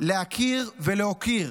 להכיר ולהוקיר